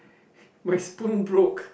my spoon broke